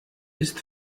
ist